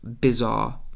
bizarre